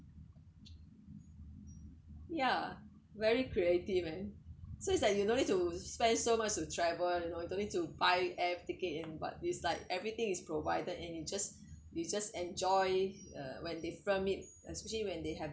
ya very creative man so it's like you no need to spend so much to travel you know you don't need to buy air ticket in what it's like everything is provided and you just you just enjoy uh when they film it especially when they have